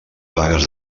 vagues